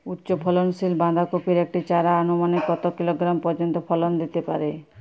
উচ্চ ফলনশীল বাঁধাকপির একটি চারা আনুমানিক কত কিলোগ্রাম পর্যন্ত ফলন দিতে পারে?